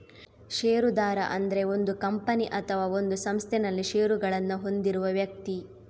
ಷೇರುದಾರ ಅಂದ್ರೆ ಒಂದು ಕಂಪನಿ ಅಥವಾ ಒಂದು ಸಂಸ್ಥೆನಲ್ಲಿ ಷೇರುಗಳನ್ನ ಹೊಂದಿರುವ ವ್ಯಕ್ತಿ